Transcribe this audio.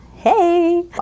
Hey